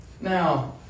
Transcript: Now